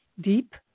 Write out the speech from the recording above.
Deep